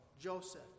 Joseph